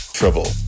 trouble